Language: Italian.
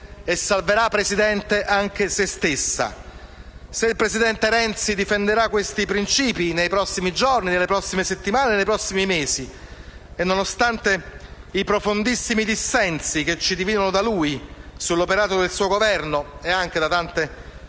e salverà anche se stessa. Se il presidente Renzi difenderà questi principi nei prossimi giorni, nelle prossime settimane e prossimi mesi, nonostante i profondissimi dissensi che ci dividono da lui sull'operato del suo Governo e nonostante le tante